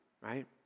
right